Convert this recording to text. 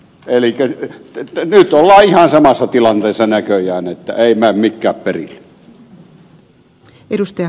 elikkä nyt ollaan ihan samassa tilanteessa näköjään että ei mene mikään perille